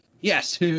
yes